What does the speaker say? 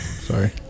sorry